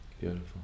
Beautiful